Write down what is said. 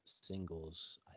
singles